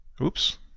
Oops